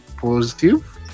positive